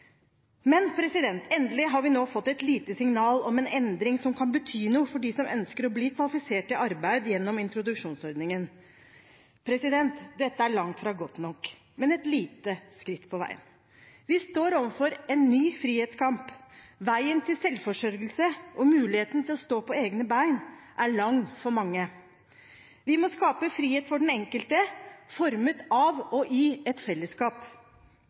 Endelig har vi nå fått et lite signal om en endring som kan bety noe for dem som ønsker å bli kvalifisert til arbeid gjennom introduksjonsordningen. Dette er langt fra godt nok, men et lite skritt på veien. Vi står overfor en ny frihetskamp. Veien til selvforsørgelse og muligheten til å stå på egne bein er lang for mange. Vi må skape frihet for den enkelte, formet av og i et fellesskap.